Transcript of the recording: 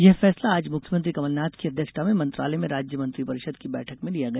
यह फैसला आज मुख्यमंत्री कमलनाथ की अध्यक्षता में मंत्रालय में राज्य मंत्रि परिषद की बैठक में लिया गया